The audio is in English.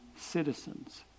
citizens